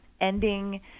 ending